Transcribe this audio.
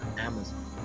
Amazon